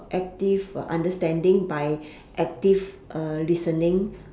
active understanding by active uh listening